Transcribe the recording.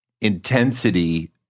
intensity